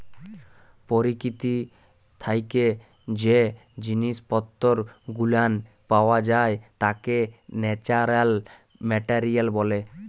পরকীতি থাইকে জ্যে জিনিস পত্তর গুলান পাওয়া যাই ত্যাকে ন্যাচারাল মেটারিয়াল ব্যলে